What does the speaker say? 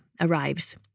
arrives